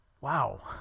Wow